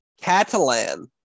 Catalan